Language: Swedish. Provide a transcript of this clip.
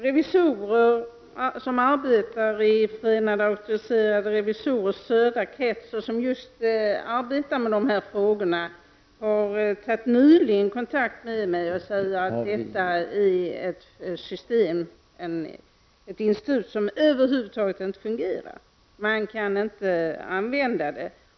Revisorer som arbetar i Förenade auktoriserade revisorers södra krets och som arbetar med just de här frågorna har nyligen tagit kontakt med mig och sagt att detta är ett institut som över huvud taget inte fungerar. Man kan inte använda det.